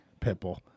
Pitbull